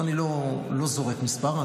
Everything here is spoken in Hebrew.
אני לא זורק מספר,